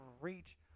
reach